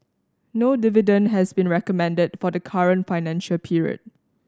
no dividend has been recommended for the current financial period